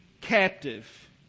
captive